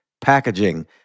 packaging